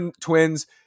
Twins